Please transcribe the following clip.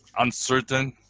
uncertain,